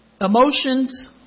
emotions